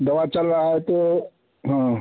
दवा चल रही है तो हाँ